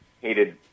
hated